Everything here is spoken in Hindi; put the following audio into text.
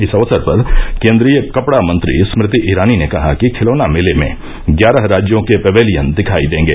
इस अवसर पर केंद्रीय कपडा मंत्री स्मृति ईरानी ने कहा कि खिलौना मेले में ग्यारह राज्यों के पेवेलियन दिखाई देंगे